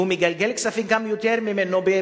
והוא גם מגלגל כספים הרבה יותר ממנו.